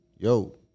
Yo